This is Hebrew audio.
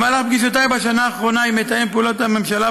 בפגישותיי בשנה האחרונה עם מתאם פעולות הממשלה